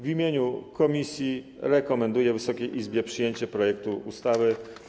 W imieniu komisji rekomenduję Wysokiej Izbie przyjęcie projektu ustawy.